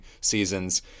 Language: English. seasons